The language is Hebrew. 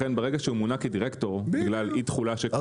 לכן ברגע שהוא מונה כדירקטור בגלל אי תחולה -- אתה